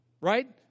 Right